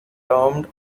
termed